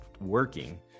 working